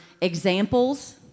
examples